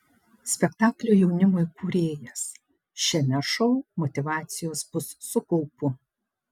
spektaklio jaunimui kūrėjas šiame šou motyvacijos bus su kaupu